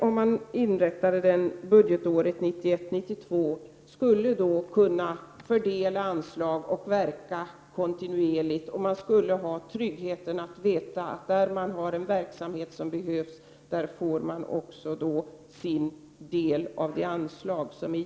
Om man inrättar den budgetåret 1991/92, skulle den kunna fördela anslag och verka kontinuerligt. Man skulle ha tryggheten av att veta att där det finns en verksamhet som behövs får man också sin del av givna anslag.